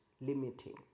limiting